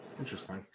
Interesting